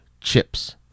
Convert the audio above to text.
Chips